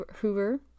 hoover